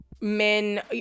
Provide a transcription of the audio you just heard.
men